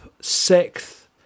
Sixth